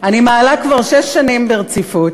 אני מעלה כבר שש שנים ברציפות.